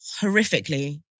Horrifically